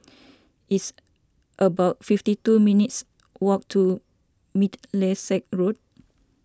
it's about fifty two minutes' walk to Middlesex Road